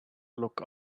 look